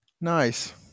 Nice